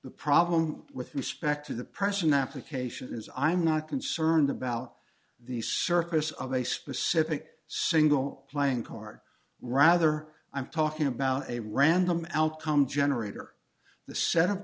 the problem with respect to the person application is i'm not concerned about the circus of a specific single playing card rather i'm talking about a random outcome generator the set of